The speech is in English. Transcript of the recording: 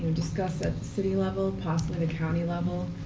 discussed at the city level, possibly the county level.